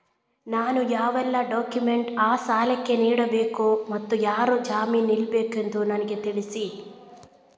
ನಾನು ಯಾವೆಲ್ಲ ಡಾಕ್ಯುಮೆಂಟ್ ಆ ಸಾಲಕ್ಕೆ ನೀಡಬೇಕು ಮತ್ತು ಯಾರು ಜಾಮೀನು ನಿಲ್ಲಬೇಕೆಂದು ನನಗೆ ತಿಳಿಸಿ?